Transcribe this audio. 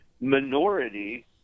minority